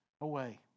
away